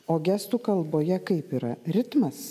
o gestų kalboje kaip yra ritmas